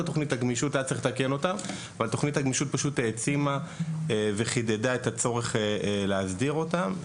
תוכנית גמישות ותוכנית גמישות העצימה וחידדה את הצורך להסדיר אותם.